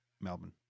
Melbourne